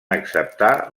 acceptar